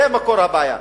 זה מקור הבעיה.